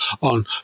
on